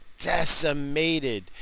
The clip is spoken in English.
decimated